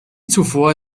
zuvor